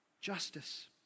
justice